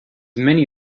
many